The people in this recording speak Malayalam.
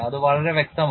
അത് വളരെ വ്യക്തമാണ്